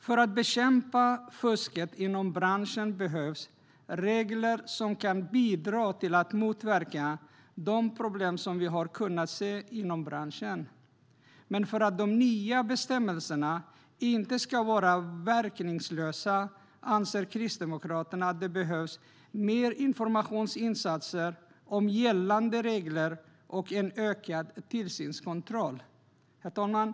För att bekämpa fusket inom branschen behövs regler som kan bidra till att motverka de problem som vi har kunnat se inom branschen. Men för att de nya bestämmelserna inte ska vara verkningslösa anser Kristdemokraterna att det behövs mer informationsinsatser om gällande regler och en ökad tillsynskontroll. Herr talman!